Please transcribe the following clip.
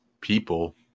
people